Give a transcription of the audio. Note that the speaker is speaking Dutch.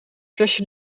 flesje